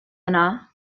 yma